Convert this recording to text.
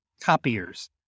copiers